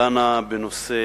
דנה בנושא